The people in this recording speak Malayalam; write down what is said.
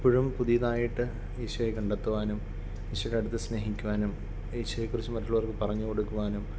ഇപ്പോഴും പുതിയതായിട്ട് ഈശോയെ കണ്ടെത്തുവാനും ഈശോയുടെ അടുത്ത് സ്നേഹിക്കുവാനും ഈശോയെ കുറിച്ച് മറ്റുള്ളവർക്ക് പറഞ്ഞു കൊടുക്കുവാനും